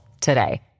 today